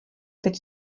teď